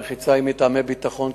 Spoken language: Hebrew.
המחיצה היא מטעמי ביטחון,